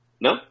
No